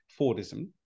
Fordism